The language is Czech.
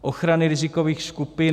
Ochrany rizikových skupin.